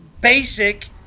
basic